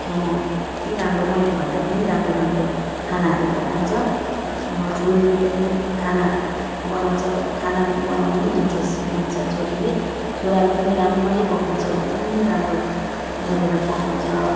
खाना यति राम्रो मैलेभन्दा पनि राम्रो राम्रो खानाहरू पकाउँछ छोरीले पनि खाना बनाउँछ खाना बनाउनै इन्ट्रेस्ट मान्छ छोरीले छोराले पनि रामरी पकाउँछ एकदम राम्रो गरेर पकाउँछ